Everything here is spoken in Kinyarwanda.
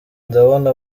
ndabona